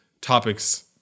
topics